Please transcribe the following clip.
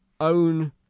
own